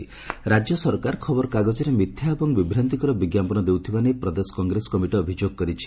କଂଗେସର ଅଭିଯୋଗ ରାଜ୍ୟ ସରକାର ଖବର କାଗଜରେ ମିଥ୍ୟା ଏବଂ ବିଭ୍ରାନ୍ତିକର ବିଜ୍ଞାପନ ଦେଉଥିବା ନେଇ ପ୍ରଦେଶ କଂଗ୍ରେସ କମିଟି ଅଭିଯୋଗ କରିଛି